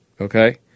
Okay